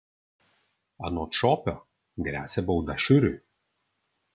anot šopio gresia bauda šiuriui